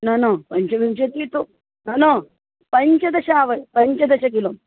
न न पञ्चविंशतिः तु न न पञ्चदश वा पञ्चदश किलो